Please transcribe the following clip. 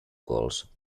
calls